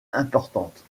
importante